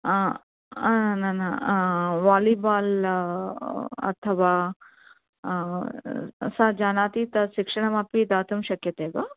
न न वालिबाल् अथवा सा जानाति तत् शिक्षणमपि दातुं शक्यते वा